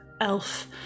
elf